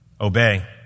Obey